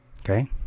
Okay